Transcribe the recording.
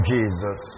Jesus